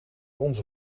onze